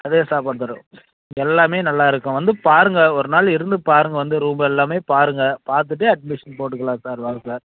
அதே சாப்பாடு தரோம் இங்கே எல்லாமே நல்லாயிருக்கும் வந்து பாருங்கள் ஒரு நாள் இருந்து பாருங்கள் வந்து ரூம் எல்லாமே பாருங்கள் பார்த்துட்டு அட்மிஷன் போட்டுக்கலாம் சார் வாங்க சார்